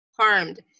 harmed